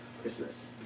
Christmas